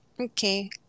Okay